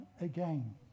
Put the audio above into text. again